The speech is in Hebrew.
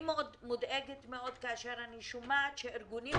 אני מודאגת מאוד כאשר אני שומעת שארגונים